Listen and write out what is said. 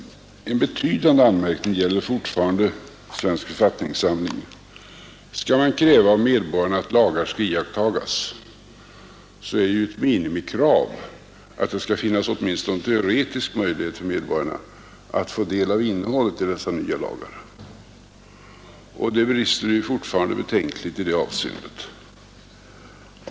En betydande anmärkning gäller fortfarande Svensk författningssamling. Skall man kräva av medborgarna att lagar skall iakttagas, är det ju ett minimikrav att det skall finnas åtminstone teoretisk möjlighet för medborgarna att få del av innehållet i dessa nya lagar. Det brister alltjämt betänkligt i det avseendet.